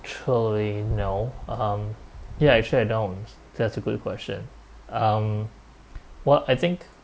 totally no mmhmm ya actually I don't that's a good question um well I think